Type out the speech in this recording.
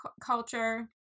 culture